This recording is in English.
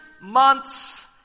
months